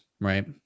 right